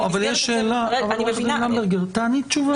עו"ד למברגר, תעני תשובה.